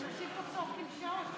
מה, אנשים פה צועקים שעות.